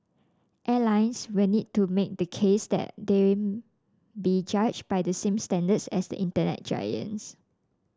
airlines will need to make the case that they be judged by the same standards as the Internet giants